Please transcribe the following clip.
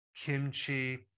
kimchi